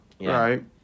Right